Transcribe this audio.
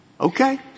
Okay